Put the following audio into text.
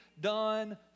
done